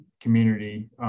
community